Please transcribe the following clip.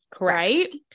right